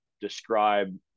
describe